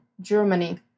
Germany